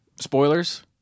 spoilers